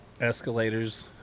escalators